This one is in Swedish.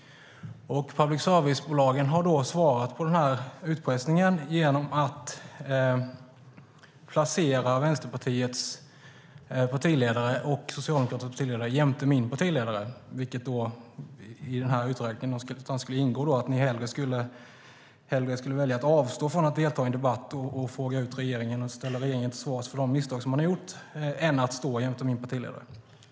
Public service-bolagen har då svarat på denna utpressning genom att placera Vänsterpartiets och Socialdemokraternas partiledare jämte min partiledare. Det skulle alltså någonstans i uträkningen ingå att ni hellre skulle välja att avstå från att delta i en debatt där man frågar ut regeringen och ställer regeringen till svars för de misstag som den har gjort än att stå jämte min partiledare.